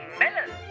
melon